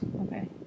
Okay